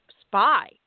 spy